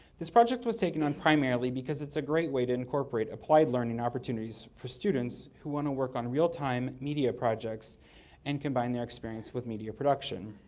this project was taken on primarily because it's a great way to incorporate applied learning opportunities for students who want to work on real-time media projects and combine their experience with media production.